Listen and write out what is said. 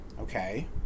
okay